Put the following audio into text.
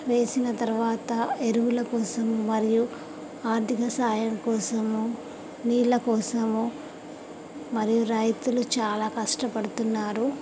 వేసిన తర్వాత ఎరువుల కోసం మరియు ఆర్థిక సాయం కోసము నీళ్ళ కోసము మరియు రైతులు చాలా కష్టపడుతున్నారు